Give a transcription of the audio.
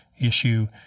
issue